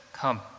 Come